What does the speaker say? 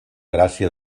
gràcia